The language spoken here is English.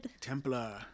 Templar